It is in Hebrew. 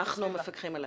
אנחנו מפקחים עליה.